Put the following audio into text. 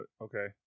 Okay